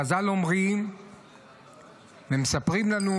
חז"ל אומרים ומספרים לנו,